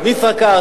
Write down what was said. עם "ישראכרט",